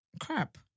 Crap